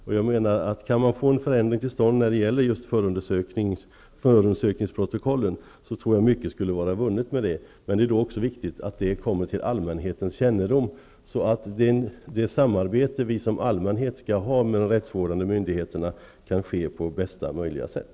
Om det går att få en förändring till stånd när det gäller just förundersökningsprotokollen, tror jag att mycket skulle vara vunnet. Men då är det viktigt att det kommer till allmänhetens kännedom. Det samarbete som skall finnas mellan allmänheten och de rättsvårdande myndigheterna skall kunna ske på bästa möjliga sätt.